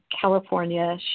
California